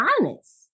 honest